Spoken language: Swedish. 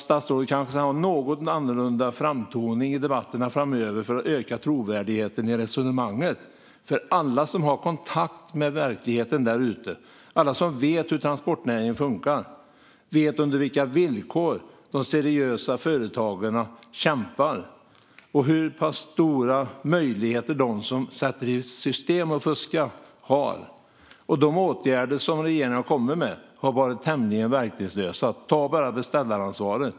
Statsrådet kanske ska ha en något annorlunda framtoning i debatterna framöver för att öka trovärdigheten i resonemanget. Alla som har kontakt med verkligheten därute och vet hur transportnäringen fungerar vet under vilka villkor de seriösa företagarna kämpar. Det handlar som hur stora möjligheter som de som sätter i system att fuska har. De åtgärder som regeringen har kommit med har varit tämligen verkningslösa. Ta bara beställaransvaret.